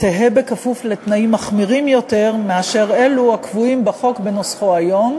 תהא בכפוף לתנאים מחמירים יותר מאלו הקבועים בחוק בנוסחו היום,